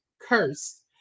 cursed